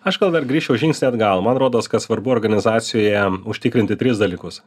aš gal dar grįšiu žingsnį atgal man rodos kad svarbu organizacijoje užtikrinti tris dalykus